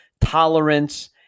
tolerance